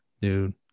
dude